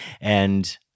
And-